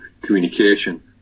communication